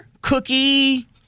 cookie